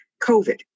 COVID